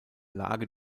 lage